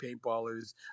paintballers